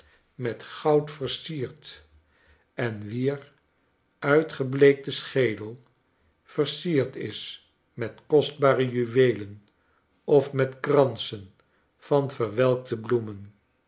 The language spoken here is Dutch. met goud versierd en wier uitgebleekte schedel versierd is met kostbare juweelen of met kransen van verwelkte bloemen